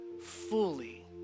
fully